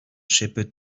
shepherd